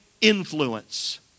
influence